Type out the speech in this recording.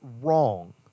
wrong